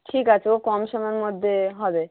ঠিক আছে ও কম সময়ের মধ্যে হবে